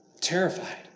terrified